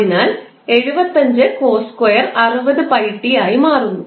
അതിനാൽ അത് 75 cos2 60𝜋𝑡 ആയി മാറുന്നു